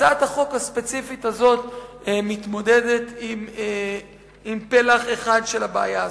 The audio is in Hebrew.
הצעת החוק הספציפית הזאת מתמודדת עם פלח אחד של הבעיה הזאת.